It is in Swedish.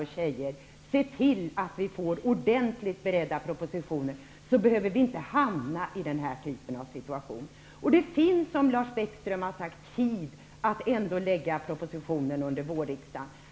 De måste se till att det avges ordentligt förberedda propositioner. Då skulle vi inte behöva hamna i den här typen av situationer. Som Lars Bäckström sade fanns det tid att ändå lägga fram propositionen under vårriksdagen.